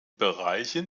bereichen